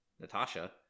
Natasha